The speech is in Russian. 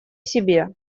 себе